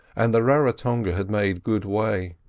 and the raratonga had made good way.